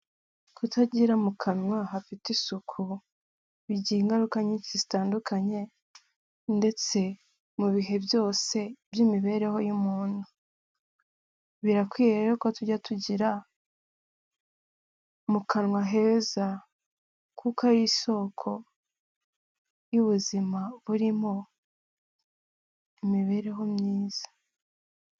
Kutagira mu kanwa hafite isuku bigira ingaruka nyinshi zitandukanye ndetse mu bihe byose, mu mibereho birakwiye rero ko mu kanwa heza kuko ari isoko y'ubuzima buri mu mibereho myiza.